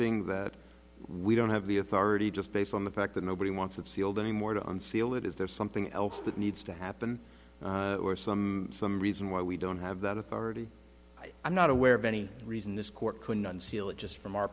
ing that we don't have the authority just based on the fact that nobody wants it sealed anymore to unseal it is there something else that needs to happen or some some reason why we don't have that authority i'm not aware of any reason this court couldn't unseal it just from our